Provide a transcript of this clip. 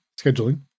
scheduling